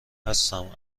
هستم